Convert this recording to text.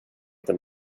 inte